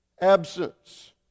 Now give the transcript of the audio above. Absence